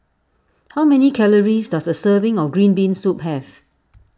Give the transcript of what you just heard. how many calories does a serving of Green Bean Soup have